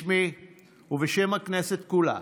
בשמי ובשם הכנסת כולה